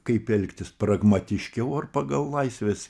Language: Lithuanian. kaip elgtis pragmatiškiau ar pagal laisvės